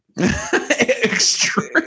Extreme